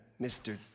Mr